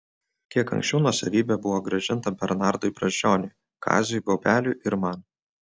kiek anksčiau nuosavybė buvo grąžinta bernardui brazdžioniui kaziui bobeliui ir man